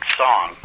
song